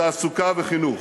תעסוקה וחינוך.